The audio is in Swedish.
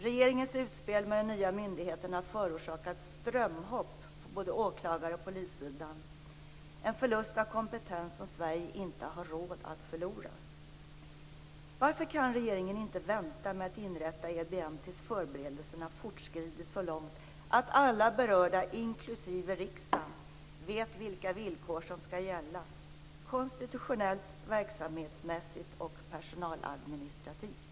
Regeringens utspel med den nya myndigheten har förorsakat strömhopp på både åklagar och polissidan - en förlust av kompetens som Sverige inte har råd med. Varför kan regeringen inte vänta med att inrätta EBM tills förberedelserna fortskridit så långt att alla berörda, inklusive riksdagen, vet vilka villkor som skall gälla konstitutionellt, verksamhetsmässigt och personaladministrativt?